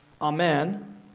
amen